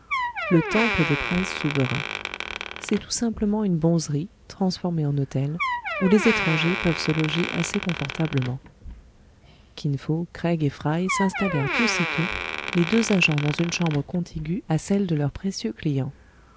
le temple des princes souverains c'est tout simplement une bonzerie transformée en hôtel où les étrangers peuvent se loger assez confortablement kin fo craig et fry s'installèrent aussitôt les deux agents dans une chambre contiguë à celle de leur précieux client